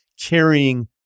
carrying